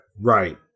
Right